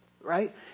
right